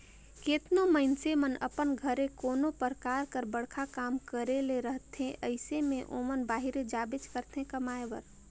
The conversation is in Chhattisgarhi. केतनो मइनसे मन अपन घरे कोनो परकार कर बड़खा काम करे ले रहथे अइसे में ओमन बाहिरे जाबेच करथे कमाए बर